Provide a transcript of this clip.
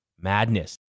madness